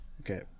Okay